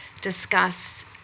discuss